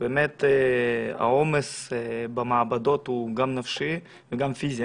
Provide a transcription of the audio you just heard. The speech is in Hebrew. שבאמת העומס במעבדות הוא גם נפשי וגם פיזי.